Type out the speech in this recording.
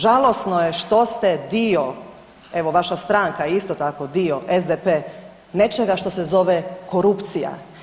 Žalosno je što ste dio, evo, vaša stranka, isto tako, dio SDP nečega što se zove korupcija.